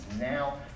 now